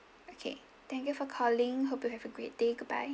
okay thank you for calling hope you have a great day goodbye